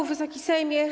Wysoki Sejmie!